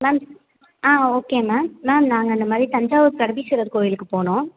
ma'am ah okay ma'am ma'am நாங்கள் இந்தமாதிரி தஞ்சாவூர் பிரகதீஸ்வரர் கோயிலுக்கு போகணும்